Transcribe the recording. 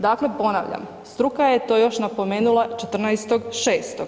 Dakle ponavljam, struka je to još napomenula 14.6.